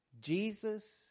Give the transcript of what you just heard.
Jesus